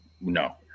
no